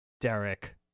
Derek